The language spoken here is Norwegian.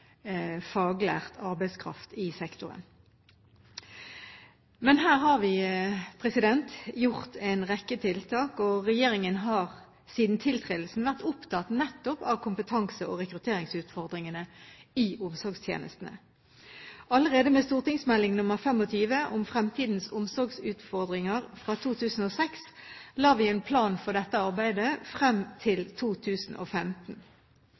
faglært arbeidskraft i sektoren. Men her har vi gjort en rekke tiltak, og regjeringen har siden tiltredelsen vært opptatt nettopp av kompetanse- og rekrutteringsutfordringene i omsorgstjenestene. Allerede med St.meld. nr. 25 om fremtidens omsorgsutfordringer fra 2006 la vi en plan for dette arbeidet frem